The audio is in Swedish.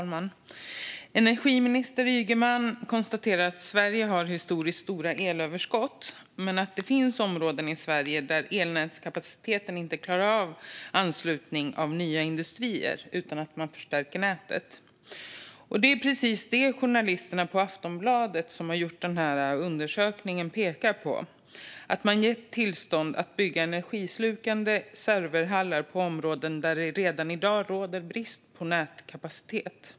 Fru talman! Energiminister Ygeman konstaterar att Sverige har historiskt stora elöverskott men att det finns områden i Sverige där elnätskapaciteten inte klarar av anslutning av nya industrier utan att det görs nätförstärkningar. Det är precis det som de journalister på Aftonbladet som har gjort den här undersökningen pekar på; man har gett tillstånd att bygga energislukande serverhallar i områden där det redan i dag råder brist på nätkapacitet.